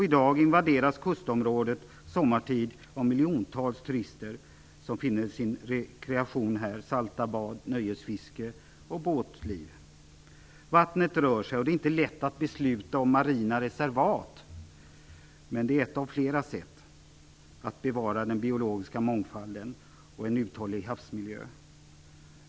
I dag invaderas kustområdet sommartid av miljontals turister, som finner sin rekreation med salta bad, nöjesfiske och båtliv. Vattnet rör sig. Det är inte lätt att besluta om marina reservat, men det är ett av flera sätt att bevara den biologiska mångfalden och en uthållig havsmiljö.